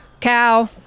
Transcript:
cow